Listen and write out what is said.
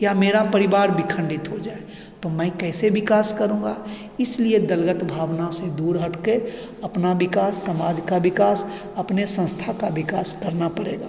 या मेरा परिवार विखण्डित हो जाए तो मैं कैसे विकास करूँगा इसलिए दलगत भावना से दूर हटकर अपना विकास समाज का विकास अपनी सँस्था का विकास करना पड़ेगा